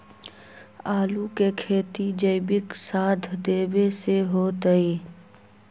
आलु के खेती जैविक खाध देवे से होतई?